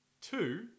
Two